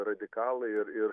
radikalai ir ir